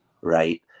right